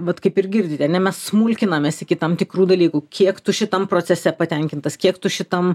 vat kaip ir girdite ane mes smulkinamės iki tam tikrų dalykų kiek tu šitam procese patenkintas kiek tu šitam